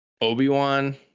Obi-Wan